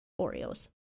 Oreos